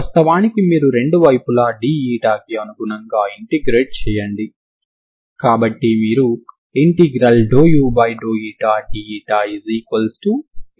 వాస్తవానికి మీరు రెండు వైపులా d కి అనుగుణంగా ఇంటిగ్రేట్ చేయండి కాబట్టి మీరు ∂ud 23C1